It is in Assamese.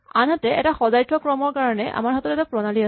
আনহাতে এটা সজাই থোৱা ক্ৰমৰ কাৰণে আমাৰ হাতত এটা প্ৰণালী আছে